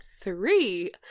three